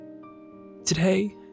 today